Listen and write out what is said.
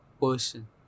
person